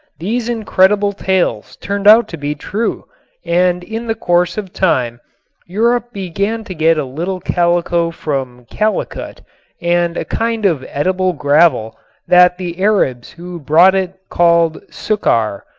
these incredible tales turned out to be true and in the course of time europe began to get a little calico from calicut and a kind of edible gravel that the arabs who brought it called sukkar.